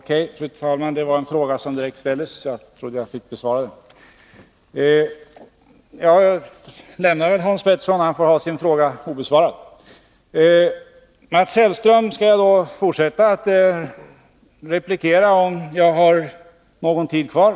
Fru talman! Jag trodde att jag fick besvara den fråga som Hans Petersson i Hallstahammar direkt riktat till mig, men jag får väl lämna den obesvarad. Tiden medger tydligen heller inte att jag fortsätter att replikera Mats Hellström.